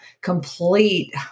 complete